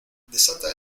desata